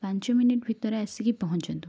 ପାଞ୍ଚ ମିନିଟ୍ ଭିତରେ ଆସିକି ପହଞ୍ଚନ୍ତୁ